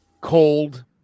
cold